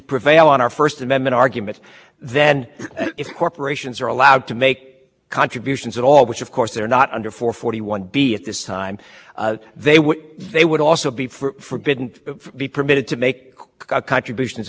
our first amendment argument then if corporations are allowed to make contributions at all which of course they're not under for forty one b at this time they would they would also be for bid and be permitted to make contributions as as